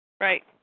Right